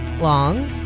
long